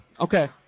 okay